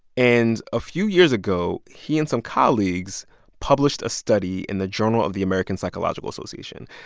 and a few years ago, he and some colleagues published a study in the journal of the american psychological association.